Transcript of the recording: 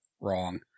wrong